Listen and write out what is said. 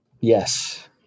yes